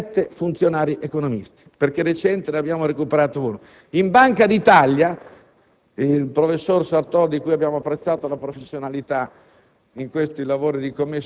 al Senato abbiamo sette funzionari economisti (perché di recente ne abbiamo recuperato uno). In Banca d'Italia - il professor Sartor, di cui abbiamo apprezzato la professionalità